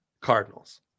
Cardinals